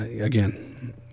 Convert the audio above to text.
again